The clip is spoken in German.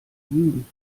lügen